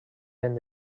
ben